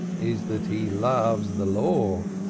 is that he loves the law.